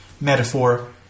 metaphor